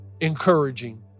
encouraging